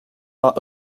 are